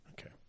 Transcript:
Okay